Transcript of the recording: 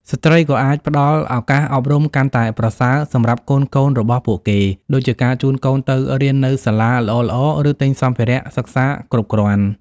ស្ត្រីក៏អាចផ្តល់ឱកាសអប់រំកាន់តែប្រសើរសម្រាប់កូនៗរបស់ពួកគេដូចជាការជូនកូនទៅរៀននៅសាលាល្អៗ ឬទិញសម្ភារៈសិក្សាគ្រប់គ្រាន់។